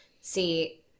see